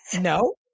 No